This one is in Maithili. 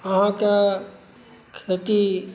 अहाँके खेती